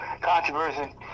controversy